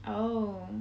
oh